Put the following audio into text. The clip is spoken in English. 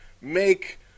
make